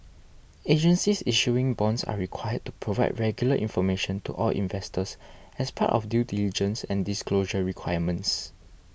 agencies issuing bonds are required to provide regular information to all investors as part of due diligence and disclosure requirements